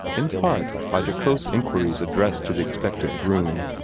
in part by jocose inquiries addressed to the expectant groom,